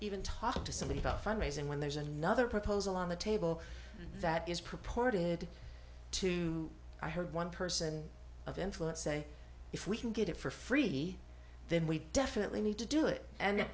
even talk to somebody about fund raising when there's another proposal on the table that is purported to i heard one person of interest say if we can get it for free then we definitely need to do it and